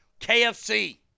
KFC